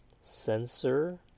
Sensor